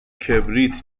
کبریت